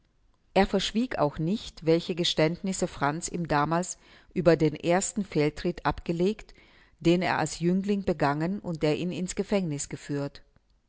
er verschwieg auch nicht welche geständnisse franz ihm damals über den ersten fehltritt abgelegt den er als jüngling begangen und der ihn in's gefängniß geführt